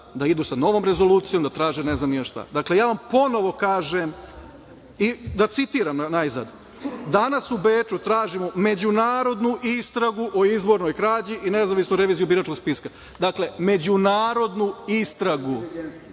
da idu sa novom rezolucijom, da traže ne znam ni ja šta. Dakle, ja vam ponovo kažem, da citiram najzad, danas u Beču tražimo međunarodnu istragu o izbornoj krađi i nezavisnu reviziju biračkog spiska. Dakle, međunarodnu istragu.